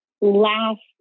last